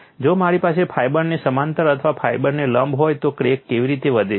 જો મારી પાસે ફાઇબરને સમાંતર અથવા ફાઇબરને લંબ હોય તો ક્રેક કેવી રીતે વધે છે